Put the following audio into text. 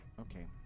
okay